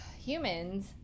humans